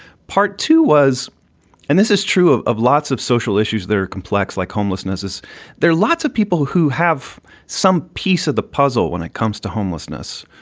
part two was and this is true of of lots of social issues. there are complex like homelessness. is there lots of people who have some piece of the puzzle when it comes to homelessness?